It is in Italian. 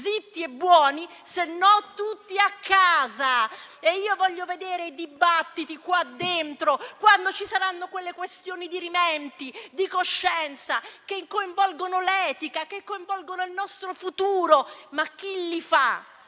zitti e buoni, sennò tutti a casa! E io li voglio ascoltare i dibattiti in questa sede quando ci saranno questioni dirimenti di coscienza, che coinvolgono l'etica, che coinvolgono il nostro futuro. Ma chi li farà?